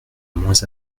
moins